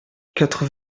quatre